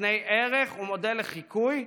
מקני ערך ומודל לחיקוי,